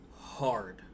hard